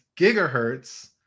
gigahertz